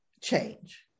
change